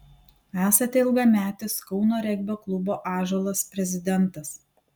esate ilgametis kauno regbio klubo ąžuolas prezidentas